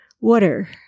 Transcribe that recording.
water